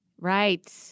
Right